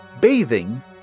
Bathing